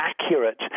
accurate